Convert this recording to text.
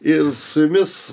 ir su jumis